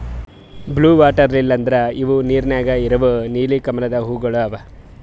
blue water lily ಅಂದುರ್ ಇವು ನೀರ ನ್ಯಾಗ ಇರವು ನೀಲಿ ಕಮಲದ ಹೂವುಗೊಳ್ ಅವಾ